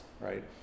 right